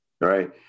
Right